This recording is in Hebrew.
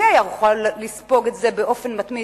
מי היה מוכן לספוג את זה באופן מתמיד,